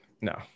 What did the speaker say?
No